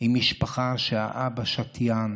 עם משפחה שבה האבא שתיין